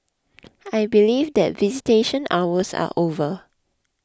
I believe that visitation hours are over